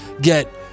get